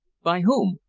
by whom?